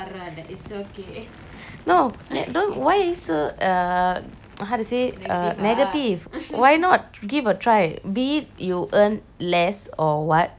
no don't why are you so uh uh how to say uh negative why not give a try be it you earn less or what at least the effort